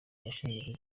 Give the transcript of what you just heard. abashinzwe